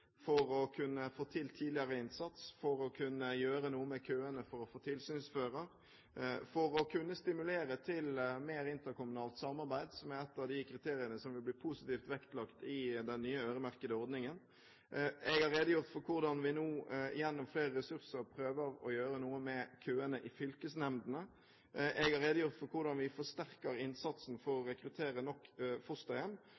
for å kunne få til tidligere innsats, for å kunne gjøre noe med køene, for å få tilsynsførere og for å kunne stimulere til mer interkommunalt samarbeid, som er et av de kriteriene som vil bli positivt vektlagt i den nye øremerkede ordningen. Jeg har redegjort for hvordan vi nå, gjennom flere ressurser, prøver å gjøre noe med køene i fylkesnemndene. Jeg har redegjort for hvordan vi forsterker innsatsen for